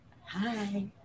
Hi